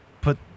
put